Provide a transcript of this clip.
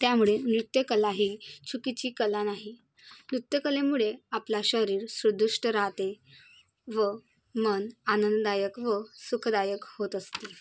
त्यामुळे नृत्यकला ही चुकीची कला नाही नृत्यकलेमुळे आपला शरीर सुदृढ राहते व मन आनंददायक व सुखदायक होत असते